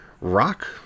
rock